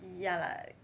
ya lah